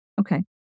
Okay